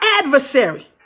adversary